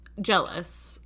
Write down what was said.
jealous